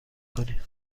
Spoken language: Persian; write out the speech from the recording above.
کنیم